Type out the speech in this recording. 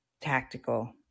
tactical